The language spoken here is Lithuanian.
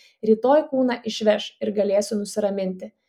rytoj kūną išveš ir galėsiu nusiraminti